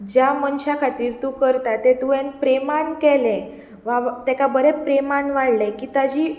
ज्या मनशा खातीर तूं करता तें तुवेंन प्रेमान केलें वा तेका बरें प्रेमान वाडलें की ताची